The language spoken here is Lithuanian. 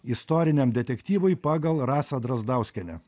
istoriniam detektyvui pagal rasą drazdauskienę